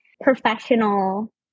professional